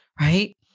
right